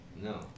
No